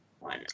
one